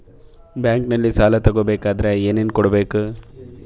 ಬ್ಯಾಂಕಲ್ಲಿ ಸಾಲ ತಗೋ ಬೇಕಾದರೆ ಏನೇನು ಕೊಡಬೇಕು?